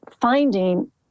finding